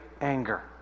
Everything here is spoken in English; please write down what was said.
anger